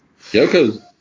Yoko